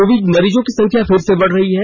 Covid मरीजों की संख्या फिर से बढ़ रही है